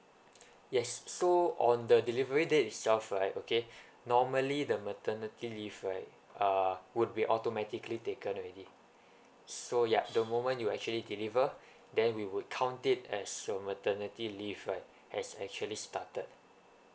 yes so on the delivery date itself right okay normally the maternity leave right uh would be automatically taken already so ya the moment you actually deliver then we would count it as your maternity leave right has actually started